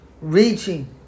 Reaching